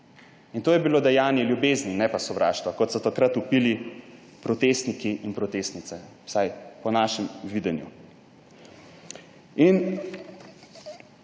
In to je bilo dejanje ljubezni ne pa sovraštva, kot so takrat vpili protestniki in protestnice, vsaj po našem videnju.